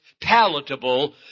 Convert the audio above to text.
palatable